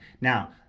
Now